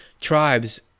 tribes